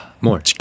more